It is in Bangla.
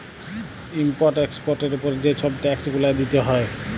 ইম্পর্ট এক্সপর্টের উপরে যে ছব ট্যাক্স গুলা দিতে হ্যয়